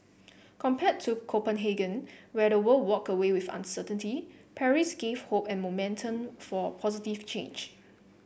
compared to Copenhagen where the world walked away with uncertainty Paris gave hope and momentum for positive change